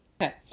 Okay